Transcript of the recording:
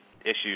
issues